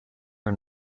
and